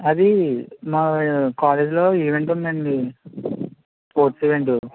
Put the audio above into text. అదీ మా కాలేజ్లో ఈవెంట్ ఉందండి ఫోర్త్ ఈవెంట్